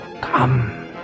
Come